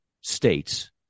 states